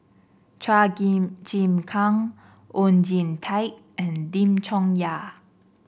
Chua Chim Kang Oon Jin Teik and Lim Chong Yah